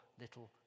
little